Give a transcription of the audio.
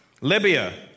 Libya